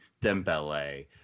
Dembele